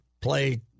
play